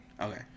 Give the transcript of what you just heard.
Okay